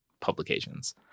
publications